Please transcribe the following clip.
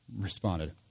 responded